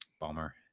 bummer